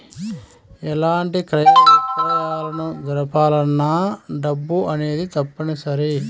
ఎలాంటి క్రయ విక్రయాలను జరపాలన్నా డబ్బు అనేది తప్పనిసరి